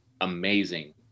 amazing